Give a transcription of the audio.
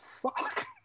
fuck